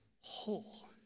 whole